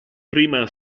prima